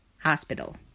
Hospital